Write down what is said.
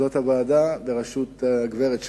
זאת הוועדה בראשות הגברת שפניץ.